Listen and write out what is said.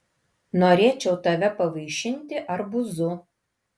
norėčiau tave pavaišinti arbūzu